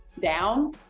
down